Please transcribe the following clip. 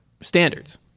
standards